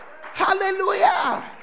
Hallelujah